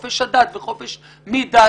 חופש הדת וחופש מדת